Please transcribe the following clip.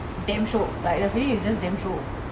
damn shiok like the feeling is just damn shiok